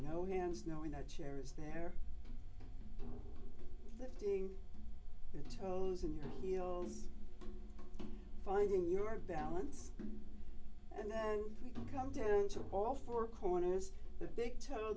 no hands knowing that chair is there that doing it tolls in your heels finding your balance and then we can come down to all four corners the big toe